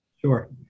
Sure